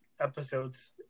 episodes